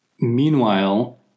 Meanwhile